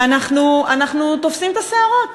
ואנחנו תופסים את השערות